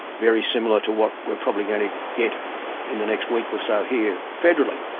very similar to what we're probably going to get in the next week or so here, federally.